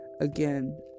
Again